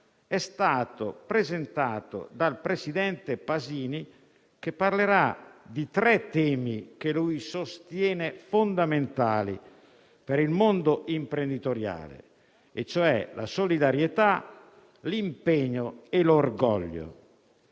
è stato presentato dal presidente Pasini, che parlerà di tre temi che ritiene fondamentali per il mondo imprenditoriale, e cioè la solidarietà, l'impegno e l'orgoglio.